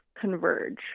converge